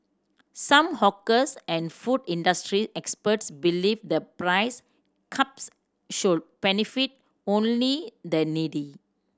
some hawkers and food industry experts believe the price caps should benefit only the needy